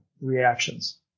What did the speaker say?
reactions